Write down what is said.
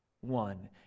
one